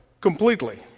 completely